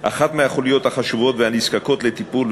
אחת מהחוליות החשובות והנזקקות לטיפול,